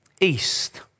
East